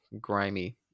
grimy